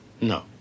No